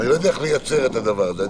אני לא יודע איך לייצר את הדבר הזה.